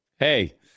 Hey